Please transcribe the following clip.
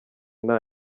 nta